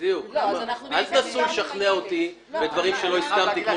אל תנסו לשכנע אותי בדברים שלא הסכמתי,